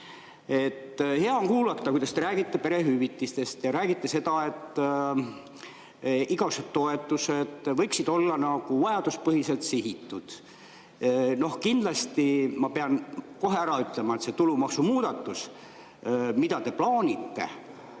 Hea on kuulata, kuidas te räägite perehüvitistest ja räägite seda, et igasugused toetused võiksid olla sihitud vajaduspõhiselt. Kindlasti ma pean kohe ära ütlema, et see tulumaksumuudatus, mida te plaanite,